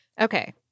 Okay